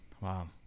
Wow